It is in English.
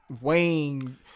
Wayne